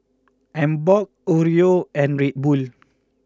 Emborg Oreo and Red Bull